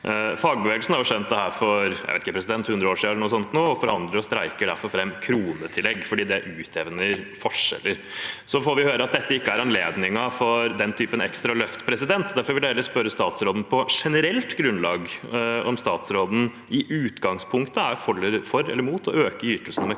Fagbevegelsen har skjønt dette for 100 år siden eller noe sånt, og forhandler og streiker derfor fram kronetillegg fordi det utjevner forskjeller. Vi får høre at dette ikke er anledningen for den typen ekstra løft. Derfor vil jeg heller spørre statsråden på generelt grunnlag om statsråden i utgangspunktet er for eller mot å øke ytelsene med